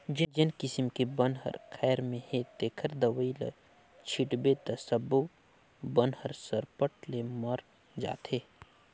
जेन किसम के बन हर खायर में हे तेखर दवई ल छिटबे त सब्बो बन हर सरपट ले मर जाथे